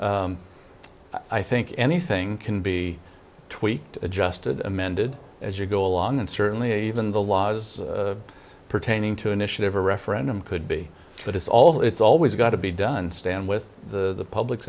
i think anything can be tweaked adjusted amended as you go along and certainly even the laws pertaining to initiative or referendum could be that it's all it's always got to be done to stand with the public's